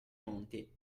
monti